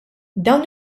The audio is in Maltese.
dawn